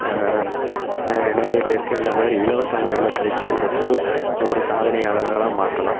நிற நிறைய பேருக்கு இந்த மாதிரி இலவச முறையில் பயிற்சியக் கொடுத்து இன்னும் ஒரு சாதனையாளர்களாக மாற்றலாம்